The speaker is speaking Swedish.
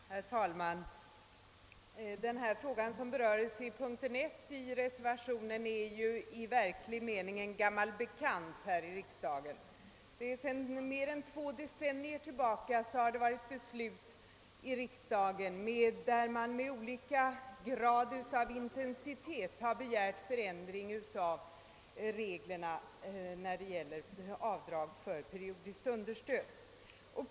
Herr talman! Den fråga som hemställan under Ii reservationen av herr Gösta Jacobsson m.fl. hänför sig till är i verklig mening en gammal bekant här i riksdagen. Sedan mer än två decennier har beslut fattats av riksdagen vilka inneburit att man med olika grad av intensitet begärt förändring av reglerna för avdrag för periodiskt understöd.